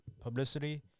publicity